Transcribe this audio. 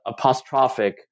apostrophic